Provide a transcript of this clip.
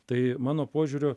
tai mano požiūriu